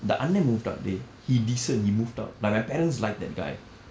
the அண்ணா:annaa moved out dey he decent he moved out like my parents like that guy